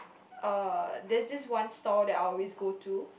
uh there's this one stall that I always go to